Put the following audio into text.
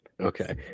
Okay